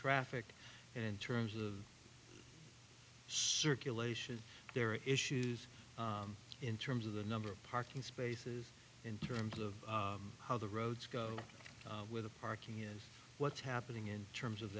traffic in terms of circulation their issues in terms of the number of parking spaces in terms of how the roads go with the parking is what's happening in terms of